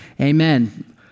Amen